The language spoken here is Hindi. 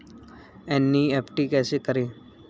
एन.ई.एफ.टी कैसे करें?